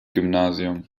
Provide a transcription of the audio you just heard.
gymnasium